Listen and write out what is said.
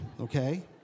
okay